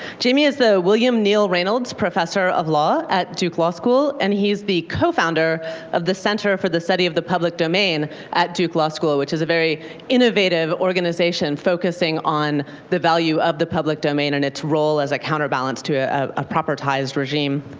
jamie is the william neil reynolds professor of law at duke law school. and he's the co-founder of the center for the study of the public domain at duke law school, which is a very innovative organization focusing on the value of the public domain and its role as a counter-balance to a a proper ties regime.